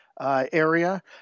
Area